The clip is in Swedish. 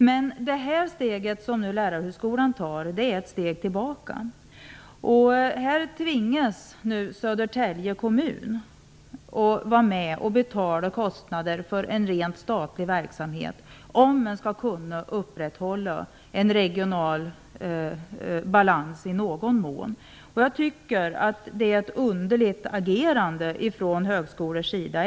Men det steg som Lärarhögskolan nu tar är ett steg tillbaka. Här tvingas Södertälje kommun att vara med och betala kostnader för en rent statlig verksamhet om den i någon mån skall kunna upprätthålla en regional balans. Jag tycker att det är ett underligt agerande från högskolors sida.